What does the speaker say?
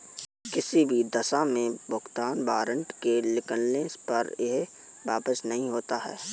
किसी भी दशा में भुगतान वारन्ट के निकलने पर यह वापस नहीं होता है